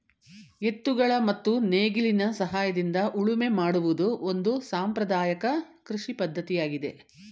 ಎತ್ತುಗಳ ಮತ್ತು ನೇಗಿಲಿನ ಸಹಾಯದಿಂದ ಉಳುಮೆ ಮಾಡುವುದು ಒಂದು ಸಾಂಪ್ರದಾಯಕ ಕೃಷಿ ಪದ್ಧತಿಯಾಗಿದೆ